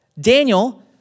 Daniel